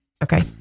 Okay